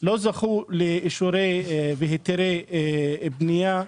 לא זכו להיתרי בנייה,